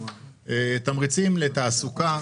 אנחנו רוצים תעסוקה